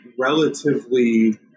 relatively